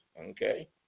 Okay